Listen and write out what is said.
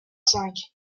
cinq